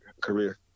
career